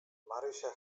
marysia